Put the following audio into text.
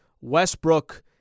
Westbrook